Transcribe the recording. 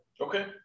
Okay